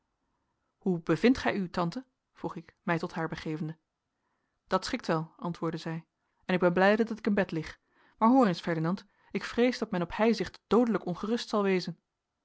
hoe bevindt gij u tante vroeg ik mij tot haar begevende dat schikt wel antwoordde zij en ik ben blijde dat ik in bed lig maar hoor eens ferdinand ik vrees dat men op heizicht doodelijk ongerust zal wezen